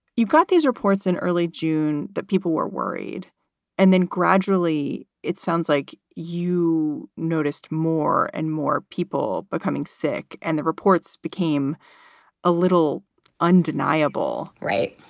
you've got these reports in early june that people were worried and then gradually it sounds like you noticed more and more people becoming sick. and the reports became a little undeniable. right.